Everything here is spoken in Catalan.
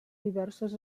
diverses